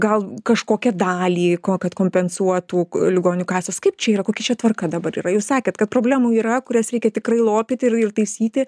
gal kažkokią dalį ko kad kompensuotų ligonių kasos kaip čia yra kokia čia tvarka dabar yra jūs sakėt kad problemų yra kurias reikia tikrai lopyti ir taisyti